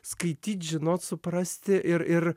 skaityt žinot suprasti ir ir